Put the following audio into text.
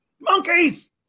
monkeys